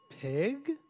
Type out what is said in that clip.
pig